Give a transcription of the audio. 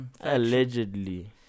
allegedly